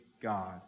God